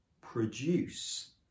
produce